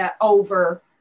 over